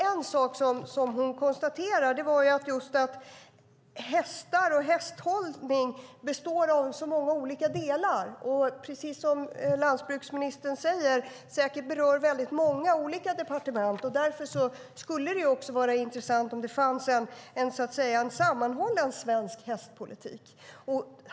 En sak som hon konstaterade var att hästhållningsområdet består av många olika delar som, precis som landsbygdsministern säger, berör många olika departement. Därför skulle det vara intressant om det fanns en sammanhållen svensk hästpolitik.